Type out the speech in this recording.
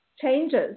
changes